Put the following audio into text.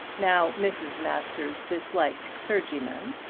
now mrs. masters disliked clergymen,